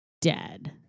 dead